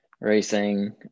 racing